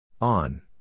on